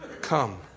come